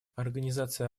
организация